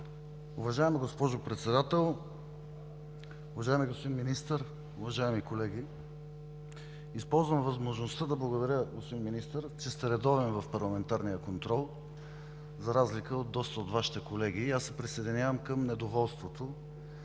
Уважаема госпожо Председател, уважаеми господин Министър, уважаеми колеги! Използвам възможността да благодаря, господин Министър, че сте редовен в парламентарния контрол за разлика от доста от Вашите колеги и се присъединявам към недоволството